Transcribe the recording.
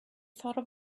thought